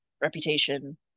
reputation